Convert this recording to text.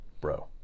bro